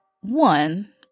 one